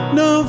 no